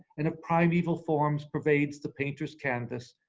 and of primeval forms pervades the painter's canvas,